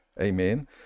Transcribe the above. Amen